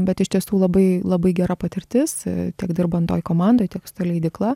bet iš tiesų labai labai gera patirtis tiek dirbant toj komandoj tiek su ta leidykla